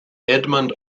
edmond